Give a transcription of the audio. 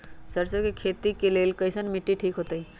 सरसों के खेती के लेल कईसन मिट्टी ठीक हो ताई?